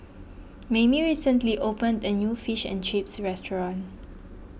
Mayme recently opened a new Fish and Chips restaurant